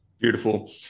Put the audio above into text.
Beautiful